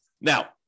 Now